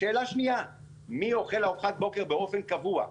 שאלה שנייה: מי אוכל ארוחת בוקר באופן קבוע?